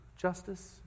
justice